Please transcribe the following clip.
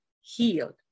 healed